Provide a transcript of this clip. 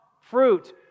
fruit